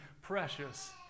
precious